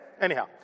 anyhow